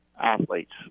athletes